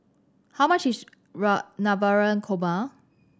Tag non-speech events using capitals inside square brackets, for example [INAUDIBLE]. how much [UNINTELLIGIBLE] Navratan Korma